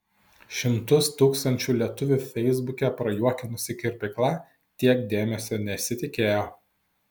šimtus tūkstančių lietuvių feisbuke prajuokinusi kirpykla tiek dėmesio nesitikėjo